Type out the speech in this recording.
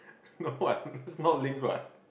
no what it's not linked what